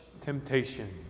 temptation